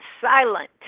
silent